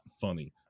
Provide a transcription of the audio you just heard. funny